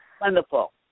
Wonderful